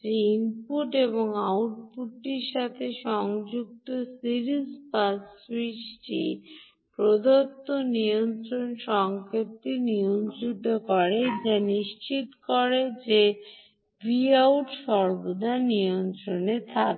যে ইনপুট এবং আউটপুটটির সাথে সংযুক্ত সিরিজ পাস সুইচটি প্রদত্ত নিয়ন্ত্রণ সংকেতটি নিয়ন্ত্রিত হয় তা নিশ্চিত করে যে এই Vout সর্বদা নিয়ন্ত্রনে থাকে